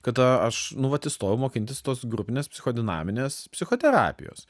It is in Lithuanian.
kada aš nu vat įstojau mokintis tos grupinės psichodinaminės psichoterapijos